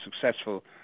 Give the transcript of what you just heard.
successful